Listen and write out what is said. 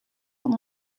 van